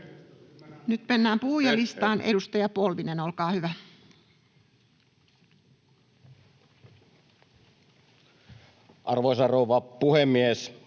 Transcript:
Nyt mennään puhujalistaan. — Edustaja Polvinen, olkaa hyvä. [Speech 181] Speaker: